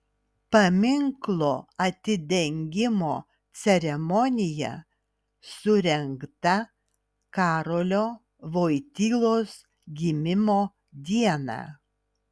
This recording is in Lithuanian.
paminklo atidengimo ceremonija surengta karolio voitylos gimimo dieną